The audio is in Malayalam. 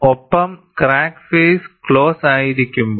ഒപ്പം ക്രാക്ക് ഫേയിസ്സ് ക്ലോസ് ആയിരിക്കുമ്പോൾ